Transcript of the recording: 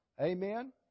Amen